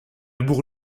bourg